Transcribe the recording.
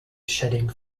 shedding